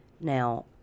Now